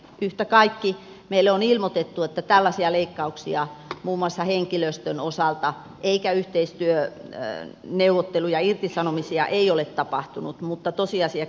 yhtä kaikki meille on ilmoitettu että tällaisia leikkauksia muun muassa henkilöstön osalta tai yhteistyöneuvotteluja irtisanomisia ei ole tapahtunut mutta tosiasiat kertovat toista